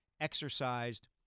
exercised